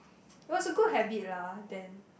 it was a good habit lah then